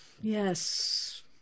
Yes